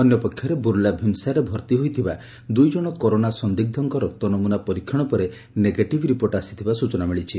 ଅନ୍ୟ ପକ୍ଷରେ ବୁଲ୍ଲା ଭୀମ୍ସାରରେ ଭର୍ତି ହୋଇଥିବା ଦୁଇ ଜଶ କରୋନା ସନ୍ଦିଗୁଙ୍କ ରକ୍ତନମୁନା ପରୀକ୍ଷଣ ପରେ ନେଗେଟିଭ୍ ରିପୋଟ୍ ଆସିଥିବା ସ୍ଚନା ମିଳିଛି